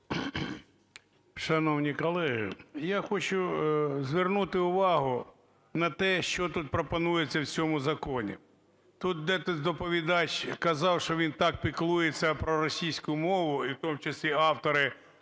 Шановні колеги, я хочу звернути увагу на те, що тут пропонується, в цьому законі. Тут доповідач казав, що він так піклується про російську мову і в тому числі автори